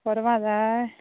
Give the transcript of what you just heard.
परवां जाय